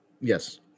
Yes